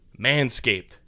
Manscaped